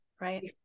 right